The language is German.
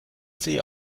sie